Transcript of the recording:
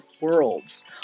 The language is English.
worlds